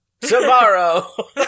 Tomorrow